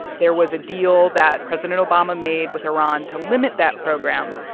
there was a deal that president obama made with iran to limit that program.